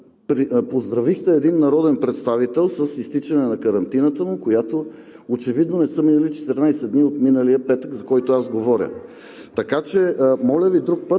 поздравихте един народен представител с изтичане на карантината му, от която очевидно не са минали 14 дни от миналия петък, за който аз говоря. Така че, моля Ви, друг път,